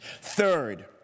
Third